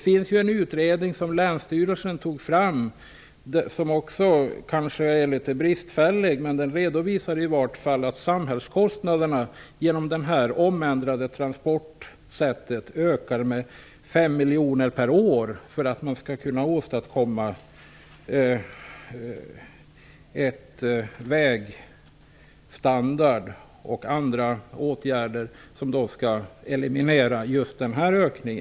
Länstyrelsen har tagit fram en utredning som kanske är något bristfällig, men som i alla fall redovisar att samhällskostnaderna ökar med 5 Det är nödvändigt för att man skall kunna åstadkomma en godtagbar vägstandard och vidta andra åtgärder som skall eliminera följderna av just denna trafikökning.